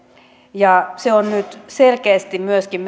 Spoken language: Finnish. ja se on nyt selkeästi myöskin